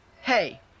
Hey